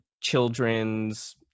children's